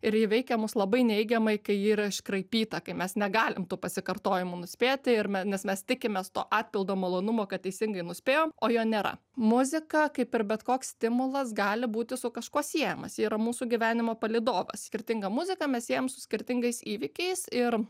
ir ji veikia mus labai neigiamai kai ji yra iškraipyta kai mes negalim tų pasikartojimų nuspėti ir me nes mes tikimės to atpildo malonumo kad teisingai nuspėjom o jo nėra muzika kaip ir bet koks stimulas gali būti su kažkuo siejamas ji yra mūsų gyvenimo palydovas skirtingą muziką mes siejam su skirtingais įvykiais ir